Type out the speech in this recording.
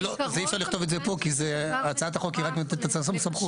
אי אפשר לכתוב את זה פה כי הצעת החוק היא רק נותנת לשר סמכות.